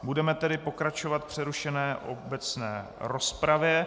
Budeme tedy pokračovat v přerušené obecné rozpravě.